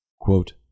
quote